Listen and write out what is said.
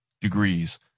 degrees